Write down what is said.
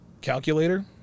calculator